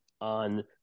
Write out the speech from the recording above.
on